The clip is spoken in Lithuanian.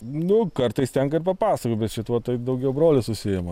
nu kartais tenka ir papasakot bet šituo tai daugiau brolis užsiima